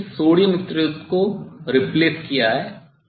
मैंने सिर्फ सोडियम स्रोत को रेप्लसेड किया है